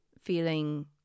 feeling